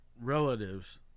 relatives